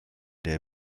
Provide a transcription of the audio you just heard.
der